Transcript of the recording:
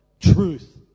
truth